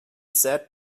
said